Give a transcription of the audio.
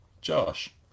Josh